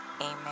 Amen